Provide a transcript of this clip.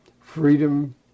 freedom